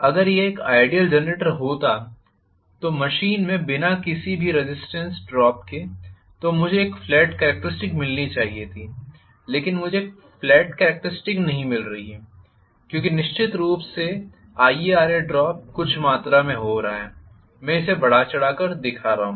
अगर यह एक आइडीयल जनरेटर होता मशीन में बिना किसी भी रेज़िस्टेन्स ड्रॉप के तो मुझे एक फ्लैट कॅरेक्टरिस्टिक्स मिलनी चाहिए थी लेकिन मुझे एक फ्लैट कॅरेक्टरिस्टिक्स नहीं मिल रही है क्योंकि निश्चित रूप से IaRa ड्रॉप कुछ मात्रा में हो रहा है मैं इसे बढ़ा चढ़ाकर दिखा रहा हूं